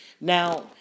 Now